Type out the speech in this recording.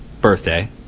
birthday